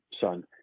son